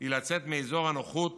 היא לצאת מאזור הנוחות